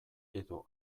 edo